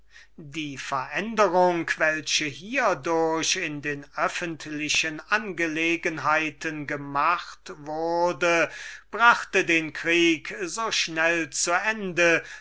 die veränderung welche hiedurch in den öffentlichen angelegenheiten gemacht wurde brachte den krieg so schnell zu ende